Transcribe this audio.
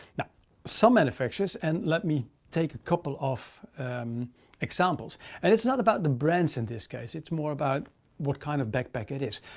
now some manufacturers. and let me take a couple of examples and it's not about the brands in this case. it's more about what kind of backpack it is.